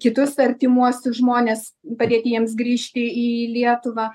kitus artimuosius žmones padėti jiems grįžti į lietuvą